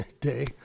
day